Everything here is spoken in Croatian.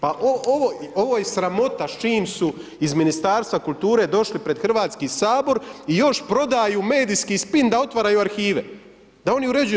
Pa ovo je sramota s čim su iz Ministarstva kulture došli pred Hrvatski sabor i još prodaju medijski spin da otvaraju arhive, da oni uređuju.